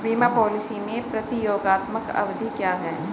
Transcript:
बीमा पॉलिसी में प्रतियोगात्मक अवधि क्या है?